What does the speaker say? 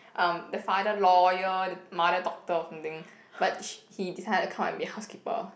um the father lawyer the mother doctor or something but sh~ he decided to come and be housekeeper